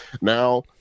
now